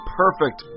perfect